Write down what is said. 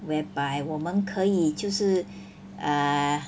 whereby 我们可以就是 err